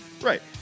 Right